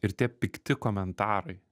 ir tie pikti komentarai